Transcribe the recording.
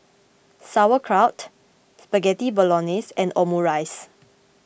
Sauerkraut Spaghetti Bolognese and Omurice